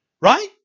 right